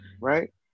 Right